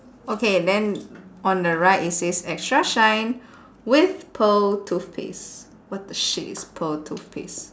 okay then on the right it says extra shine with pearl toothpaste what the shit is pearl toothpaste